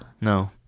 No